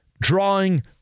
drawing